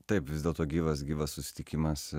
taip vis dėlto gyvas gyvas susitikimas